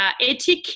ethic